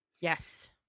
yes